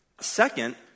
Second